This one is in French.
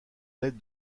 l’aide